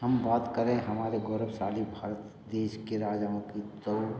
हम बात करें हमारे गौरवशाली भारत देश के राजाओं की तो